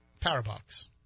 Powerbox